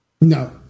No